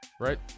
right